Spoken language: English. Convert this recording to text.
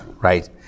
Right